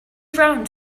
around